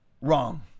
wrong